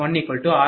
64460